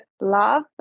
love